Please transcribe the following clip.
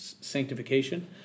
sanctification